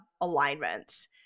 alignment